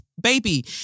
Baby